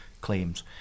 claims